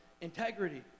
integrity